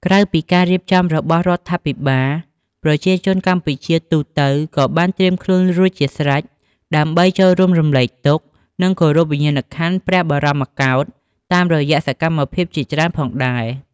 ក្រៅពីការរៀបចំរបស់រដ្ឋាភិបាល ប្រជាជនកម្ពុជាទូទៅក៏បានត្រៀមខ្លួនរួចជាស្រេច ដើម្បីចូលរួមរំលែកទុក្ខ និងគោរពវិញ្ញាណក្ខន្ធព្រះបរមរតនកោដ្ឋតាមរយៈសកម្មភាពជាច្រើនផងដែរ។